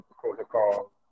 protocol